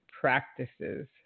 practices